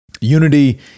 Unity